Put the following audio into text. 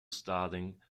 starting